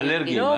האלרגיים.